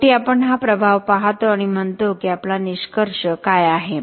शेवटी आपण हा प्रभाव पाहतो आणि म्हणतो की आपला निष्कर्ष काय आहे